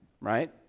right